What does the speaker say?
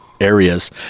areas